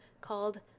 called